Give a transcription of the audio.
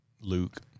Luke